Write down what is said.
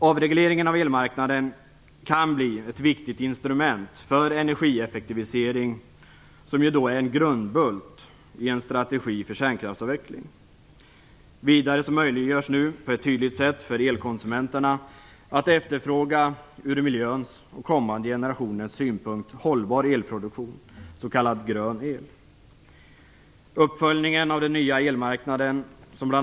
Avregleringen av elmarknaden kan bli ett viktigt instrument för energieffektivisering, som är en grundbult i en strategi för kärnkraftsavveckling. Vidare möjliggörs nu på ett tydligt sätt för elkonsumenterna att efterfråga en ur miljöns och ur kommande generationers synpunkt hållbar elproduktion, av s.k. grön el.